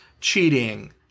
cheating